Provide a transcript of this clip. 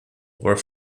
were